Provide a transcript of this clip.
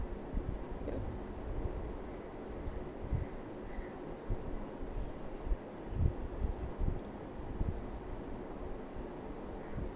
ya